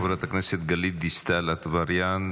חברת הכנסת גלית דיסטל אטבריאן,